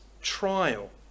trial